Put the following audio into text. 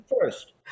first